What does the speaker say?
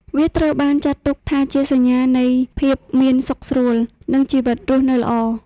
វាត្រូវបានចាត់ទុកថាជាសញ្ញានៃភាពមានសុខស្រួល និងជីវិតរស់នៅល្អ។